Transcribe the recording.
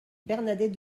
bernadets